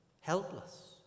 Helpless